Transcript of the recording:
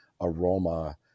aroma